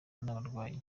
n’abarwaye